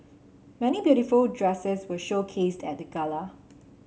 many beautiful dresses were showcased at the gala